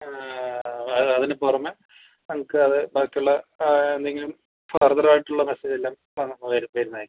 അതിനു പുറമേ നമുക്ക് അത് ബാക്കി ഉള്ള എന്തെങ്കിലും ഫർദർ ആയിട്ടുള്ള മെസ്സേജ് എല്ലാം പണം വരും വരുന്നത് ആയിരിക്കും